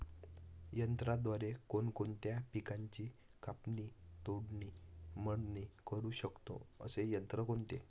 यंत्राद्वारे कोणकोणत्या पिकांची कापणी, तोडणी, मळणी करु शकतो, असे यंत्र कोणते?